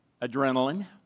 adrenaline